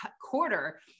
quarter